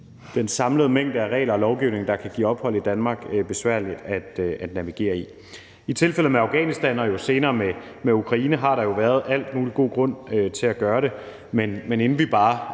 den samlede mængde af regler og lovgivning, der kan give ophold i Danmark, besværlig at navigere i. I tilfældet med Afghanistan og senere med Ukraine har der været al mulig god grund til at gøre det. Men inden vi ved